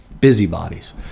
busybodies